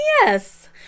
Yes